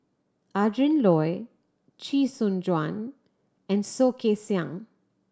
Adrin Loi Chee Soon Juan and Soh Kay Siang